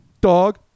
dog